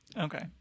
Okay